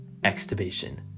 extubation